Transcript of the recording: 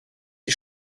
die